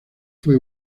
fue